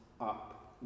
up